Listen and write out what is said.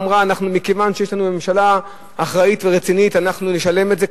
אמרה: מכיוון שיש לנו ממשלה אחראית ורצינית אנחנו נשלם את זה,